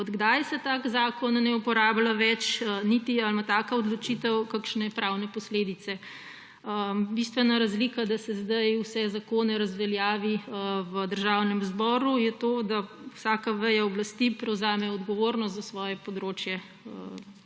od kdaj se tak zakon ne uporablja več, niti ali ima taka odločitev kakšne pravne posledice. Bistvena razlika, da se zdaj vsi zakoni razveljavijo v Državnem zboru, je to, da vsaka veja oblasti prevzame odgovornost za svoje področje,